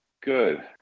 Good